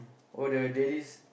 for the dailies